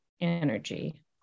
energy